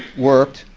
worked.